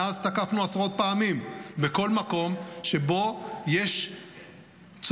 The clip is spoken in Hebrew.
מאז תקפנו עשרות פעמים בכל מקום שבו יש צורך